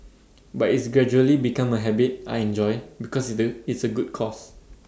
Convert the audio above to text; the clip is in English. but it's gradually become A habit I enjoy because that it's A good cause